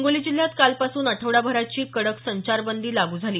हिंगोली जिल्ह्यात कालपासून आठवडाभराची कडक संचारबंदी लागू झाली